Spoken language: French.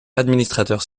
administrateur